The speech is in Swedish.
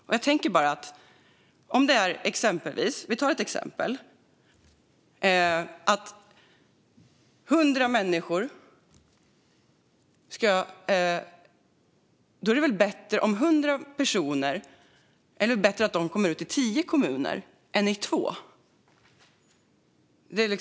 Vi kan ta ett exempel. Det är väl bättre att hundra personer kommer ut i tio kommuner än i två?